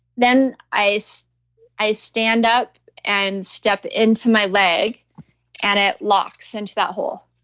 then i so i stand up and step into my leg and it locks into that hole.